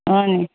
হয়নি